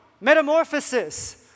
metamorphosis